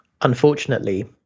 Unfortunately